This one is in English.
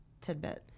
tidbit